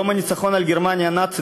יום הניצחון על גרמניה הנאצית,